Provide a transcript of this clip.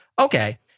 okay